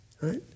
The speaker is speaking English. right